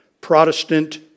Protestant